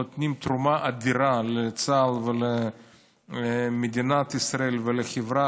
נותנים תרומה אדירה לצה"ל ולמדינת ישראל ולחברה,